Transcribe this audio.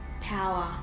power